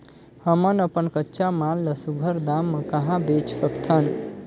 हमन अपन कच्चा माल ल सुघ्घर दाम म कहा बेच सकथन?